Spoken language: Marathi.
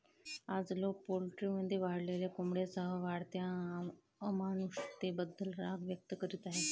आज, लोक पोल्ट्रीमध्ये वाढलेल्या कोंबड्यांसह वाढत्या अमानुषतेबद्दल राग व्यक्त करीत आहेत